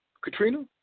Katrina